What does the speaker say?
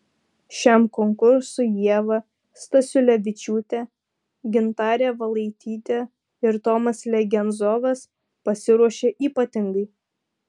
šiam konkursui ieva stasiulevičiūtė gintarė valaitytė ir tomas legenzovas pasiruošė ypatingai